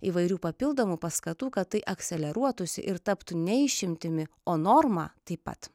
įvairių papildomų paskatų kad tai akseleruotųsi ir taptų ne išimtimi o norma taip pat